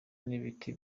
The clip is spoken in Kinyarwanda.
n’ibiti